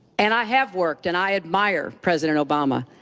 and i have worked and i admire president obama.